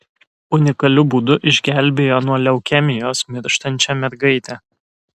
unikaliu būdu išgelbėjo nuo leukemijos mirštančią mergaitę